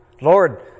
Lord